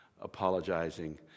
Apologizing